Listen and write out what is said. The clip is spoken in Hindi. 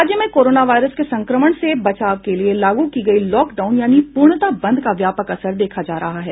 राज्य में कोरोना वायरस के संक्रमण से बचाव के लिये लागू की गयी लॉक डाउन यानी पूर्णतः बंद का व्यापक असर देखा जा रहा है